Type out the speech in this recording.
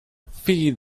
feed